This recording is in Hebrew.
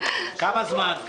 הפסקה.